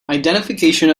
identification